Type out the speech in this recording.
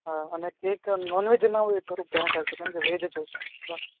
હા અને cake non veg ના હોય એ થોડુંક ધ્યાન રાખજો કેમ કે વેજ જ જોઈશે એટલે